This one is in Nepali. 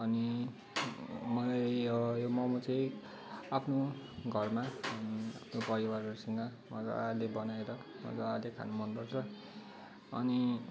अनि मलाई यो यो मोमो चाहिँ आफ्नो घरमा परिवारहरूसँग मजाले बनाएर मजाले खानु मनपर्छ अनि